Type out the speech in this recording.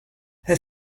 her